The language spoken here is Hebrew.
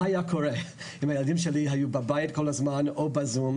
היה קורה אם הילדים שלי היו בבית כל הזמן או בזום,